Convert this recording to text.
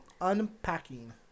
Unpacking